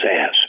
ass